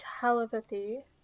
telepathy